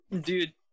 Dude